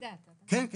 כן.